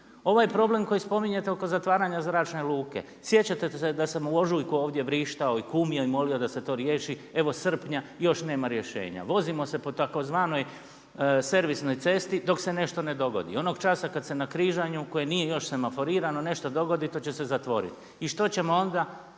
Ovaj problem koji spominjete oko zatvaranja zračne luke. Sjećate se da sam uložio, tko je ovdje vrištao i kumio i molio da se to riješi, evo srpnja još nema rješenja. Vozimo se po tzv. servisnoj cesti dok se nešto ne dogodi. I onog časa kada se na križanju koje nije još semaforirano nešto dogoditi to će se zatvoriti. I što ćemo onda?